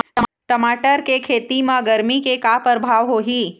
टमाटर के खेती म गरमी के का परभाव होही?